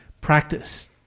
practice